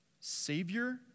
Savior